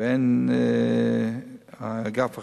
האגף החדש.